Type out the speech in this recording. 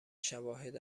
شواهد